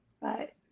Right